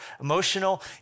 Emotional